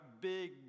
big